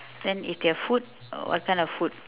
then if their food what kind of food